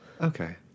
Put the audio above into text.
Okay